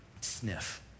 sniff